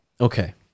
okay